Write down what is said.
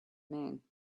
man